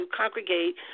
congregate